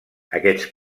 aquests